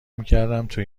میکردم، تو